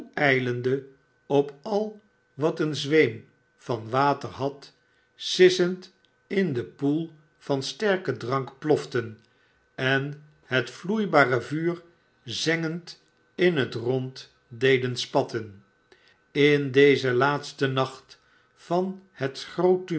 toei lendeop al wat een zweem van water had sissend in den poel van sterken drank ploften en het vloeibare vuur zengend in lt rond deden spatten in dezen laatsten nacht van het groote